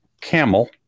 camel